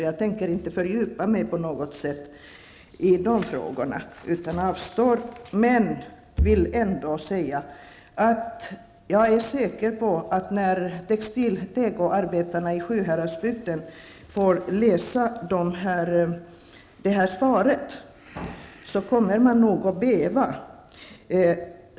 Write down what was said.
Jag tänker därför inte på något sätt fördjupa mig i dem, utan jag avstår. Jag vill emellertid ändå säga att jag är säker på att när tekoarbetarna i Sjuhäradsbygden får läsa detta svar kommer de nog att bäva.